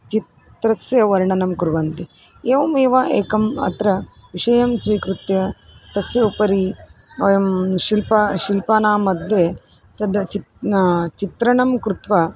चित्रस्य वर्णनं कुर्वन्ति एवमेव एकम् अत्र विषयं स्वीकृत्य तस्य उपरि वयं शिल्पानां शिल्पानां मध्ये तद् चित् चित्रणं कृत्वा